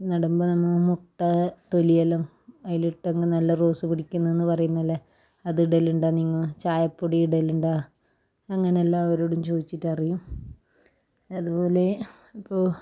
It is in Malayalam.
നടുമ്പോൾ നമ്മൾ മുട്ട തൊലിയെല്ലാം അതിൽ ഇട്ട് അങ്ങ് നല്ല റോസ് പിടിക്കുന്നതെന്ന് പറയുന്നതല്ലേ അതിൽ ഇടൽ ഉണ്ടോ നിങ്ങൾ ചായപ്പൊടി ഇടലുണ്ടോ അങ്ങനെല്ലാവരോടും ചോദിച്ചിട്ടറിയും അതുപോലെ ഇപ്പോൾ